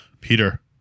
Peter